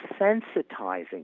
sensitizing